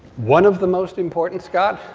one of the most important, scott.